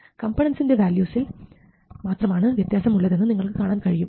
കമ്പണന്റ്സിൻറെ വാല്യൂസിൽ മാത്രമാണ് വ്യത്യാസം ഉള്ളതെന്ന് നിങ്ങൾക്ക് കാണാൻ കഴിയും